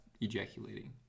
ejaculating